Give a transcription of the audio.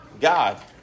God